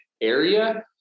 area